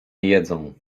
jedzą